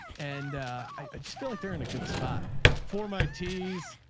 and i, i just feel like they're in a good spot for my teas.